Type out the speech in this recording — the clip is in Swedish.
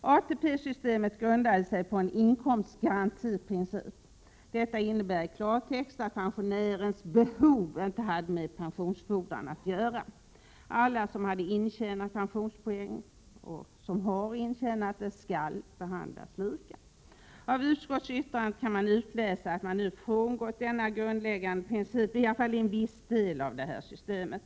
ATP-systemet grundade sig på en inkomstgarantiprincip. Detta innebär i klartext att pensionärernas behov inte hade med pensionsfordran att göra. Alla som hade intjänat pensionspoäng skulle behandlas lika. Av utskottsyttrandet kan man utläsa att man nu frångått denna grundläggande princip, i alla fall i en viss del av systemet.